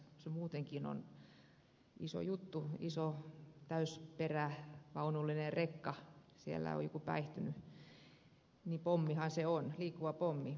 kun se muutenkin on iso juttu iso täysperävaunullinen rekka ja siellä on joku päihtynyt niin pommihan se on liikkuva pommi